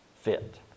fit